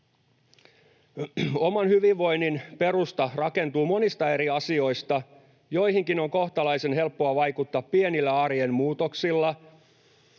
Oman hyvinvoinnin perusta rakentuu monista eri asioista. Joihinkin on kohtalaisen helppoa vaikuttaa pienillä arjen muutoksilla